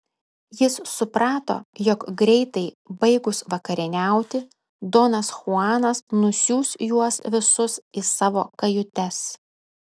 jis suprato jog greitai baigus vakarieniauti donas chuanas nusiųs juos visus į savo kajutes